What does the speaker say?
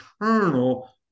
eternal